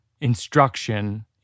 instruction